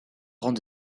rang